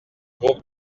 groupe